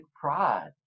pride